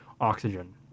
oxygen